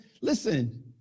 listen